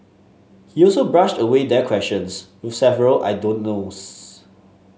he also brushed away their questions with several I don't knows